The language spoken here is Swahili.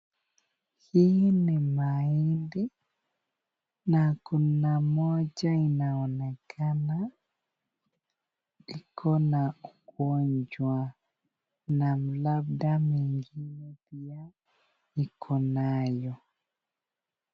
Hii ni mahindi na kuna moja inaonekana iko na ugonjwa na labda mengine pia ikonayo.